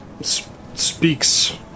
speaks